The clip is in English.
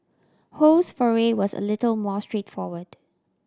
Ho's foray was a little more straightforward